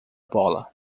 bola